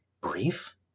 brief